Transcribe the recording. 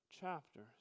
chapters